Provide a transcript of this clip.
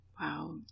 Wow